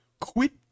quit